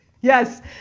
Yes